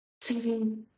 Saving